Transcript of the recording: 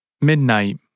Midnight